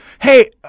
Hey